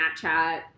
Snapchat